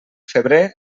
febrer